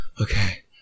Okay